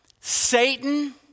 Satan